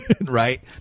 Right